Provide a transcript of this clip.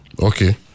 Okay